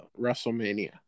WrestleMania